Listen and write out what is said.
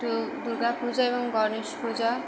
তো দুর্গা পূজা এবং গণেশ পূজা